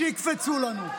שיקפצו לנו.